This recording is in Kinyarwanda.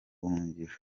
buhungiro